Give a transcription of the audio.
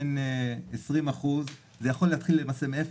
זה יכול להתחיל למעשה מאפס,